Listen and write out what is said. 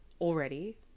already